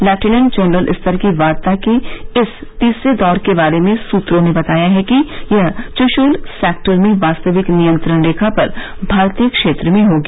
lieutenant general स्तर की वार्ता के इस तीसरे दौर के बारे में सूत्रों ने बताया है कि यह चुशूल सेक्टर में वास्तविक नियंत्रण रेखा पर भारतीय क्षेत्र में होगी